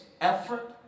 effort